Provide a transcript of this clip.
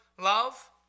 love